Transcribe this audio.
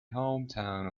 hometown